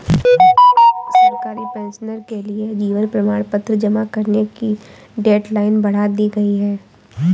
सरकारी पेंशनर्स के लिए जीवन प्रमाण पत्र जमा करने की डेडलाइन बढ़ा दी गई है